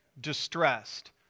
distressed